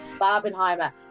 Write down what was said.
Barbenheimer